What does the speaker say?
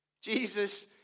Jesus